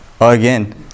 again